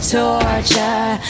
torture